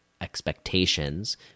expectations